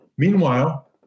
Meanwhile